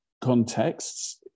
contexts